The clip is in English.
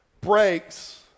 breaks